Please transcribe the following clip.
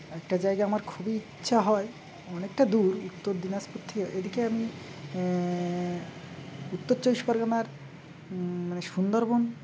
একটা জায়গা আমার খুবই ইচ্ছা হয় অনেকটা দূর উত্তর দিনাজপুর থেকে এদিকে আমি উত্তর চব্বিশ পরগনার মানে সুন্দরবন